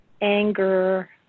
anger